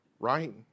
Right